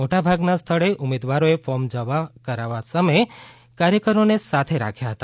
મોટા ભાગના સ્થળોએ ઉમેદવારોએ ફોર્મ જમા કરાવવા સમયે કાર્યકરોને સાથે રાખ્યા હતા